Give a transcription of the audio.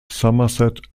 somerset